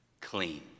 clean